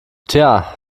tja